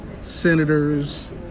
senators